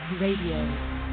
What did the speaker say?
Radio